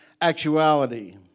actuality